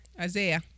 Isaiah